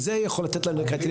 זה יכול לתת לנו תמונה.